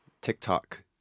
TikTok